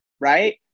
right